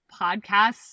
Podcasts